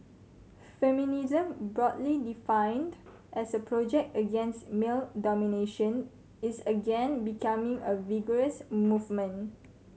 feminism broadly defined as a project against male domination is again becoming a vigorous movement